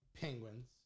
Penguins